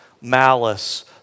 malice